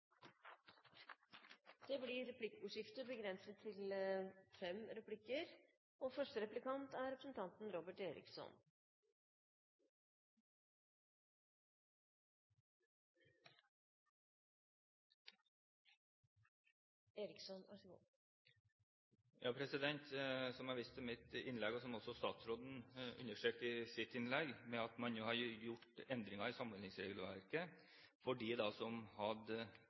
Det blir replikkordskifte. Som jeg viste til i mitt innlegg, og som også statsråden understreket i sitt innlegg, har man nå gjort endringer i samordningsregelverket for dem som